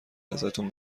ازتون